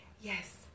Yes